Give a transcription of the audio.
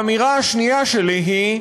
האמירה השנייה שלי היא: